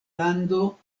lando